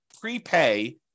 prepay